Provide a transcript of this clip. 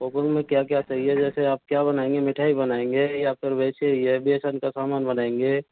order में क्या क्या चाहिए जैसे आप क्या बनाएंगे मिठाई बनाएंगे या फिर वैसे ही बेसन का सामान बनाएंगे